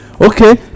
Okay